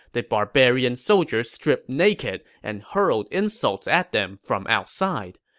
the barbarian soldiers stripped naked and hurled insults at them from outside.